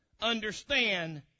understand